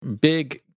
big